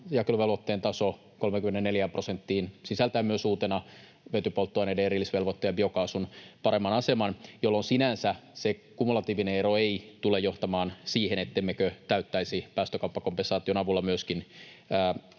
jakeluvelvoitteen taso 34 prosenttiin sisältäen uutena myös vetypolttoaineiden erillisvelvoitteen ja biokaasun paremman aseman, jolloin sinänsä se kumulatiivinen ero ei tule johtamaan siihen, ettemmekö täyttäisi päästökauppakompensaation avulla myöskin